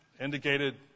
indicated